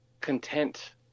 content